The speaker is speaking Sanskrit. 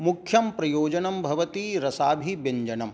मुख्यं प्रयोजनं भवति रसाभिव्यञ्जनम्